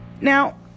Now